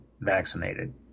vaccinated